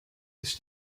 ist